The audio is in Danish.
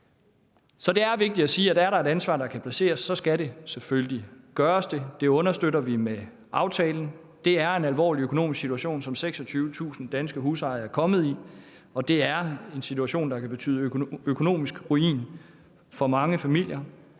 Så det er vigtigt at sige, at er der et ansvar, der kan placeres, skal det selvfølgelig gøres. Det understøtter vi med aftalen. Det er en alvorlig økonomisk situation, som 26.000 danske husejere er kommet i. Det er en situation, som kan betyde økonomisk ruin for mange familier.